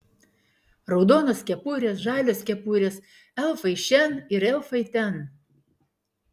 raudonos kepurės žalios kepurės elfai šen ir elfai ten